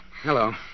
Hello